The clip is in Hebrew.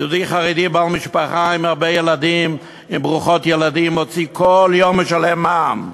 יהודי חרדי בעל משפחה עם הרבה ילדים משלם כל יום מע"מ.